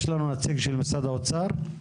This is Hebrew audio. ידידיה ממשרד האוצר.